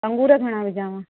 अंगूर घणा विझाव